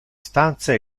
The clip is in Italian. stanze